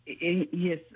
Yes